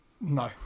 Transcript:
No